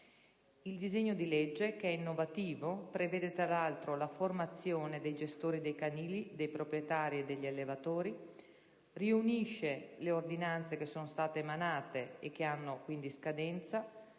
Il disegno di legge, che è innovativo, prevede, tra l'altro, la formazione dei gestori dei canili, dei proprietari e degli allevatori; riunisce le ordinanze emanate e che hanno quindi scadenza;